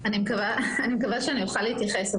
אני מקווה שאוכל להתייחס,